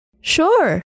Sure